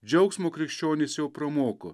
džiaugsmo krikščionys jau pramoko